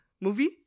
movie